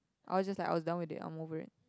I was just like I was done with it I'm over it